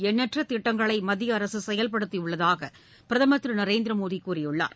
எண்ணற்றதிட்டங்களைமத்தியஅரசுசெயல்படுத்தியுள்ளதாகபிரதமர் திருநரேந்திரமோடிகூறியுள்ளார்